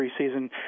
preseason